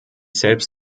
selbst